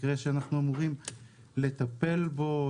מקרה שאנחנו אמורים לטפל בו,